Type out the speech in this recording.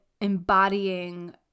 embodying